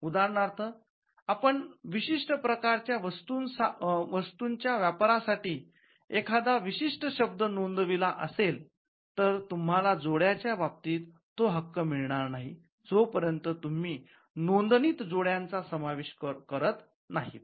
उदाहरणार्थ आपण विशिष्ट प्रकारच्या वस्तूंच्या व्यापारासाठी एखादा विशिष्ट शब्द नोंदविला असेल तर तुम्हाला इतर वस्तू बाबतीत तो हक्क मिळणार नाही जो पर्यंत तुम्ही नोंदणीत त्या वस्तूचा समावेश करत नाहीत